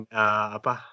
apa